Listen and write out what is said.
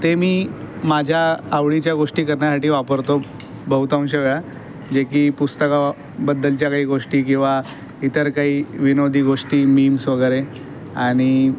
ते मी माझ्या आवडीच्या गोष्टी करण्यासाठी वापरतो बहुतांश वेळा जे की पुस्तकाबद्दलच्या काही गोष्टी किंवा इतर काही विनोदी गोष्टी मिम्स वगैरे आणि